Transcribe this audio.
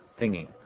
thingy